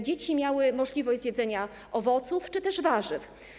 Dzieci miały możliwość zjedzenia owoców czy warzyw.